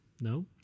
no